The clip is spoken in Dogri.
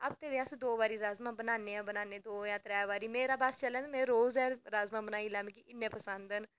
हफ्ते दे अस दो बारी राजमांह् बनान्ने गै बनान्ने ते मेरा बस चले में रोज गै राजमांह् बनाई लैं मिगी इन्ने पसंद न